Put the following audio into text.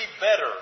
better